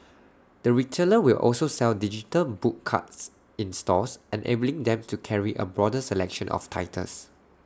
the retailer will also sell digital book cards in stores and enabling them to carry A broader selection of titles